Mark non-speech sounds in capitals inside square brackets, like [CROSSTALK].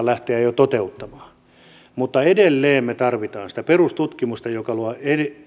[UNINTELLIGIBLE] lähteä jo toteuttamaan mutta edelleen me tarvitsemme sitä perustutkimusta joka luo